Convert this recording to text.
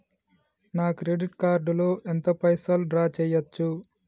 నా credit card లో ఎంత పైసల్ డ్రా చేయచ్చు?